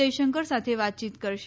જયશંકર સાથે વાતચીત કરશે